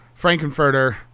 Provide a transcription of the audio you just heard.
Frankenfurter